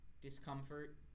discomfort